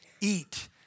Eat